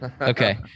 okay